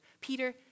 Peter